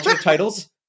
titles